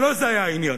ולא זה היה העניין.